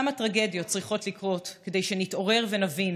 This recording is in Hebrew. כמה טרגדיות צריכות לקרות כדי שנתעורר ונבין